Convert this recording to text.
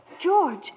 George